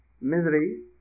misery